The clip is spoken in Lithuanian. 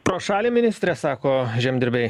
pro šalį ministras sako žemdirbiai